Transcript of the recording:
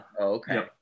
okay